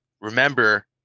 remember